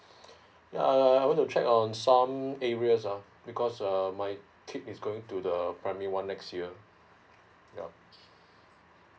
ya uh I want to check on some areas ah because um my kid is going to the primary one next year yup